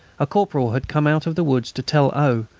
a corporal had come out of the wood to tell o.